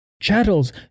chattels